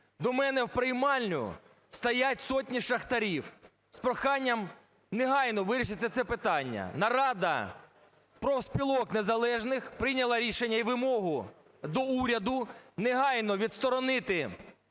До мене в приймальню стоять сотні шахтарів з проханням негайно вирішити це питання. Нарада профспілок незалежних прийняла рішення і вимогу до уряду негайно відсторонити